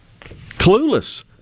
Clueless